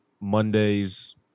Monday's